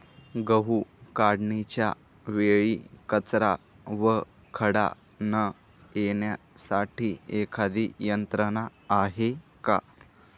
गहू काढणीच्या वेळी कचरा व खडा न येण्यासाठी एखादी यंत्रणा आहे का?